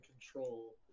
control